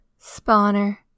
spawner